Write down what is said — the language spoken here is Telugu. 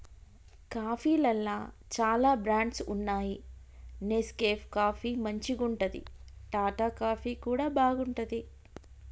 కాఫీలల్ల చాల బ్రాండ్స్ వున్నాయి నెస్కేఫ్ కాఫీ మంచిగుంటది, టాటా కాఫీ కూడా బాగుంటది